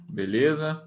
beleza